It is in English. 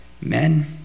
men